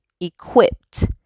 equipped